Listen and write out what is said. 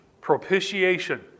propitiation